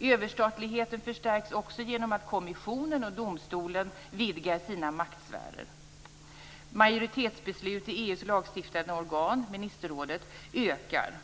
Överstatligheten förstärks också genom att kommissionen och domstolen vidgar sina maktsfärer. Majoritetsbeslut i EU:s lagstiftande organ, ministerrådet, ökar.